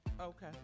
Okay